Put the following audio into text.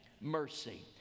mercy